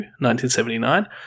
1979